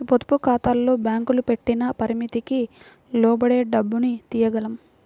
పొదుపుఖాతాల్లో బ్యేంకులు పెట్టిన పరిమితికి లోబడే డబ్బుని తియ్యగలం